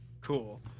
cool